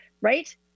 right